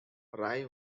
rye